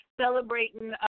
celebrating